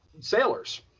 sailors